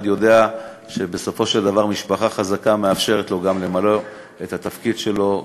כל אחד יודע שבסופו של דבר משפחה חזקה מאפשרת לו גם למלא את התפקיד שלו,